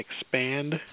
expand